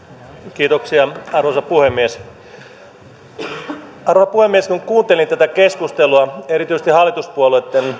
kiitoksia arvoisa puhemies arvoisa puhemies kun kuuntelin tätä keskustelua erityisesti hallituspuolueitten